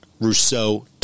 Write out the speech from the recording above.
rousseau